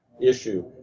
issue